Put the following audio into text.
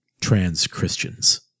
Trans-Christians